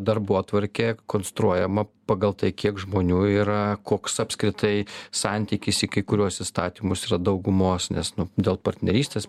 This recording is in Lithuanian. darbotvarkė konstruojama pagal tai kiek žmonių yra koks apskritai santykis į kai kuriuos įstatymus daugumos nes dėl partnerystės